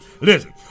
Listen